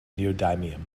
neodymium